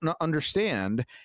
understand